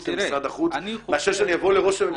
במשרד החוץ מאשר שאני אבוא לראש הממשלה.